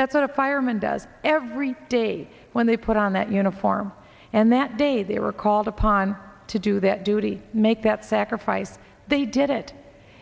that's not a fireman does every day when they put on that uniform and that day they were called upon to do that duty make that sacrifice they did it